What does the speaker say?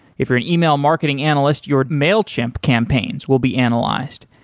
if you're an email marketing analyst, your mailchimp campaigns will be analyzed.